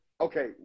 okay